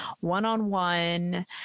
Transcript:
one-on-one